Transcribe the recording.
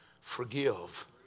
forgive